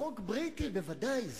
חוק בריטי, בוודאי.